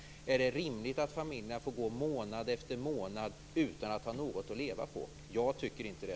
Är det rimligt att familjerna får gå månad efter månad utan att ha något att leva på? Jag tycker inte det.